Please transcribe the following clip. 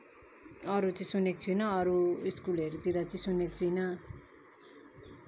अरू चाहिँ सुनेको छुइनँ अरू स्कुलहरूतिर चाहिँ सुनेको छुइनँ